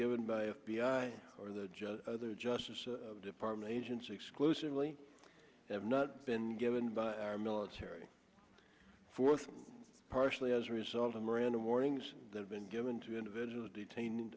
given by f b i or the judge other justice department agents exclusively have not been given by our military forces partially as a result of miranda warnings that have been given to individual detaine